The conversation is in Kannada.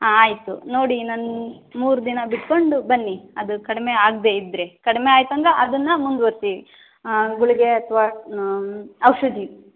ಹಾಂ ಆಯಿತು ನೋಡಿ ಇನ್ನೊಂದು ಮೂರು ದಿನ ಬಿಟ್ಟುಕೊಂಡು ಬನ್ನಿ ಅದು ಕಡಿಮೆ ಆಗದೆ ಇದ್ದರೆ ಕಡಿಮೆ ಆಯಿತು ಅಂದರೆ ಅದನ್ನು ಮುಂದುವರೆಸಿ ಗುಳಿಗೆ ಅಥವಾ ಔಷಧಿ